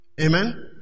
Amen